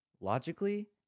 logically